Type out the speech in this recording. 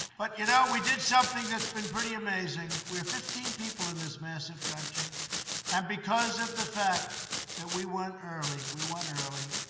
but you know, we did something that's been pretty amazing. we're fifteen people in this massive country and because of the fact that we went early, we went early.